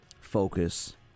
focus